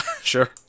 Sure